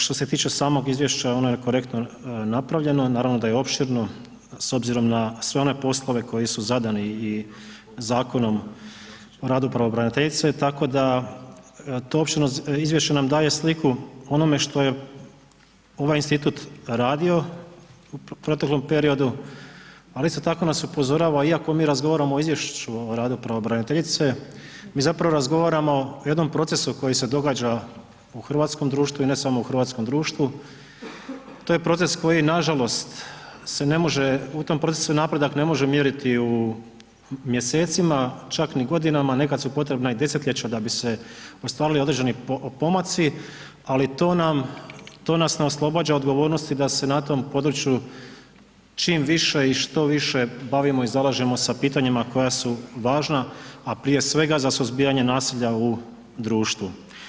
Što se tiče samog izvješća ono je korektno napravljeno, naravno da je opširno s obzirom na sve one poslove koji su zadani i zakonom o radu pravobraniteljice, tako da izvješće nam daje sliku o onome što je ovaj institut radio u proteklom periodu, ali isto tako nas upozorava iako mi razgovaramo o izvješću o radu pravobraniteljice mi zapravo razgovaramo o jednom procesu koji se događa u hrvatskom društvu i ne samo u hrvatskom društvu, to je proces koji nažalost se ne može, u tom procesu se napredak ne može mjeriti u mjesecima, čak ni godinama, nekad su potrebna i desetljeća da bi se ostvarili određeni pomaci, ali to nam, to nas ne oslobađa odgovornosti da se na tom području čim više i što više bavimo i zalažemo sa pitanjima koja su važna, a prije svega za suzbijanje nasilja u društvu.